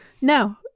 No